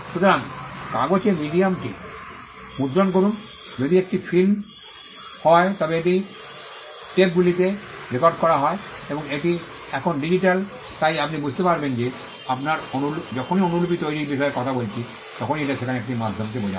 সুতরাং কাগজে মিডিয়ামটি মুদ্রণ করুন যদি এটি ফিল্ম হয় তবে এটি টেপগুলিতে রেকর্ড করা হয় বা এটি এখন ডিজিটাল তাই আপনি বুঝতে পারবেন যে আমরা যখনই অনুলিপি তৈরির বিষয়ে কথা বলছি তখন এটি সেখানে একটি মাধ্যমকে বোঝায়